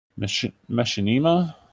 Machinima